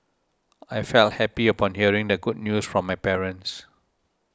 I felt happy upon hearing the good news from my parents